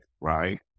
right